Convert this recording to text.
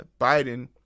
Biden